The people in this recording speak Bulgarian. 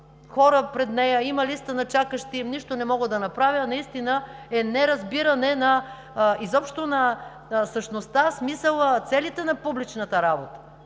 хора пред нея, има листа на чакащи, нищо не мога да направя!“, наистина е неразбиране изобщо на същността, смисъла, целите на публичната работа.